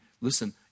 listen